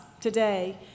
today